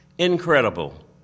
Incredible